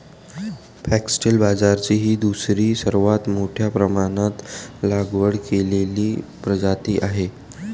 foxtail बाजरी ही दुसरी सर्वात मोठ्या प्रमाणात लागवड केलेली प्रजाती आहे